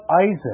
Isaac